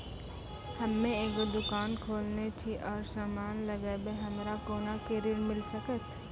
हम्मे एगो दुकान खोलने छी और समान लगैबै हमरा कोना के ऋण मिल सकत?